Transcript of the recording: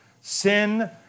Sin